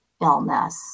illness